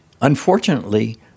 Unfortunately